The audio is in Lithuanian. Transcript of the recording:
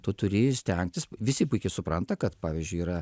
tu turi stengtis visi puikiai supranta kad pavyzdžiui yra